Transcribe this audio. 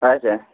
اچھا